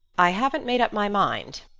i haven't made up my mind,